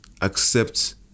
Accept